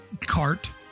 cart